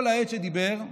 כל העת שדיבר,